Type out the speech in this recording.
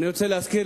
אני רוצה להזכיר